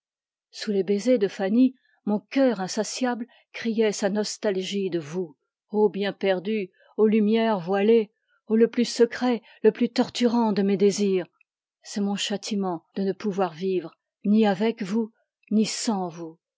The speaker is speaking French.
sous les baisers de fanny mon cœur insatiable criait la nostalgie de vous ô bien perdu ô lumière voilée ô le plus secret le plus torturant de mes désirs c'est mon châtiment de ne pouvoir vivre ni avec vous ni sans vous